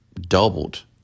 Doubled